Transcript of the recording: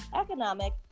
economic